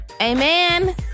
Amen